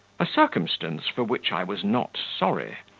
a circumstance for which i was not sorry,